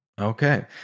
Okay